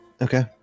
Okay